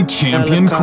Champion